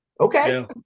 Okay